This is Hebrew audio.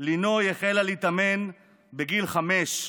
לינוי החלה להתאמן בגיל חמש.